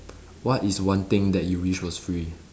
what is one thing that you wish was free